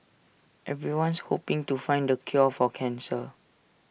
everyone's hoping to find the cure for cancer